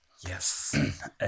Yes